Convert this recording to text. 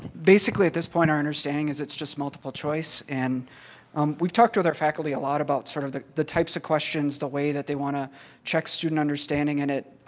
basically at this point our understanding is it's just multiple-choice. and um we've talked with our faculty a lot about sort of the the types of questions, the way that they want to check student understanding in it.